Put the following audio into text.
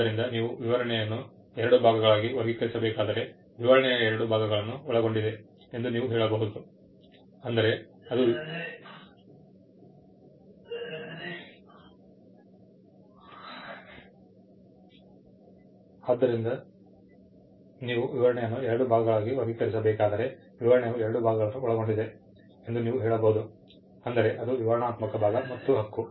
ಆದ್ದರಿಂದ ನೀವು ವಿವರಣೆಯನ್ನು ಎರಡು ಭಾಗಗಳಾಗಿ ವರ್ಗೀಕರಿಸಬೇಕಾದರೆ ವಿವರಣೆಯು ಎರಡು ಭಾಗಗಳನ್ನು ಒಳಗೊಂಡಿದೆ ಎಂದು ನೀವು ಹೇಳಬಹುದು ಅಂದರೆ ಅದು ವಿವರಣಾತ್ಮಕ ಭಾಗ ಮತ್ತು ಹಕ್ಕು